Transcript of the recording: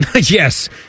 Yes